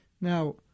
Now